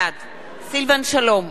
בעד סילבן שלום,